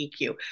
EQ